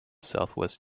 southwest